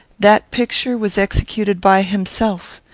that picture was executed by himself.